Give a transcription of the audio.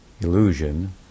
illusion